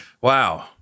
Wow